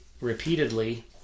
repeatedly